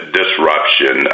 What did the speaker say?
disruption